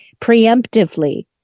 preemptively